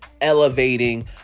elevating